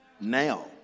Now